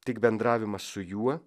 tik bendravimas su juo